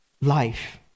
life